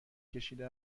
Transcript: کشیده